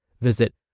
Visit